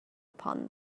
upon